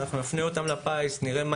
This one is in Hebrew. אנחנו נפנה את הרשות שתאמר שאין לה לפיס,